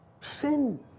Sin